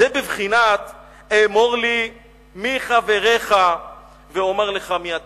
זה בבחינת אמור לי מי חבריך ואומר לך מי אתה.